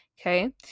Okay